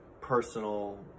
personal